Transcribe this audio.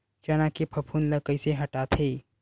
चना के फफूंद ल कइसे हटाथे?